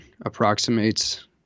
approximates